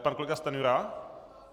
Pan kolega Stanjura?